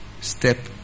Step